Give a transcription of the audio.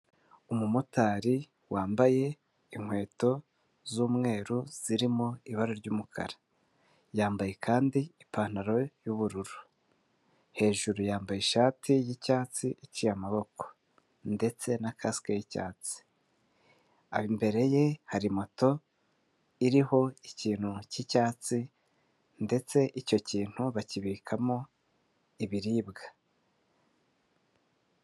Umumotari wambaye inkweto z'umweru zirimo ibara ry'umukara, yambaye kandi ipantaro yubururu, hejuru yambaye ishati y'icyatsi iciye amaboko ndetse na casque y'icyatsi, imbere ye hari moto iriho ikintu cy'icyatsi ndetse icyo kintu bakibikamo ibiribwa.